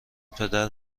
پدر